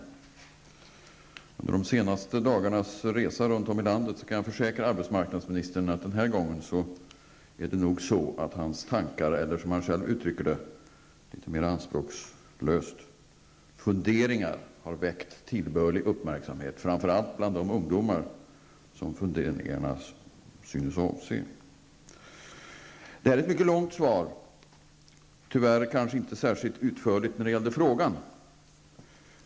Jag har under de senaste dagarna gjort en resa runt om i landet, och jag kan försäkra arbetsmarknadsministern att hans tankar -- eller funderingar, som han själv uttrycker det, litet mera anspråkslöst -- den här gången har väckt tillbörlig uppmärksamhet, framför allt bland de ungdomar funderingarna synes avse. Det är ett mycket långt svar, tyvärr kanske inte särskilt utförligt när det gäller frågan.